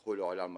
ילכו לעולם אחר.